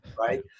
right